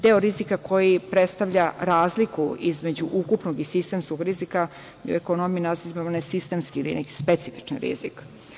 Deo rizika koji predstavlja razliku između ukupnog i sistemskog rizika u ekonomiji nazivamo nesistemski ili specifičan rizik.